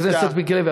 חבר הכנסת מיקי לוי,